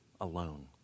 alone